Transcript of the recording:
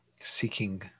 seeking